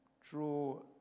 draw